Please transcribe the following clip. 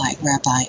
Rabbi